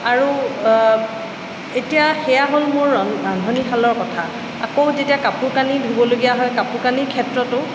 আৰু এতিয়া সেয়া হ'ল মোৰ ৰন ৰান্ধনিশালৰ কথা আকৌ যেতিয়া কাপোৰ কানি ধুবলগীয়া হয় কাপোৰ কানি ক্ষেত্ৰতো